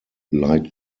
light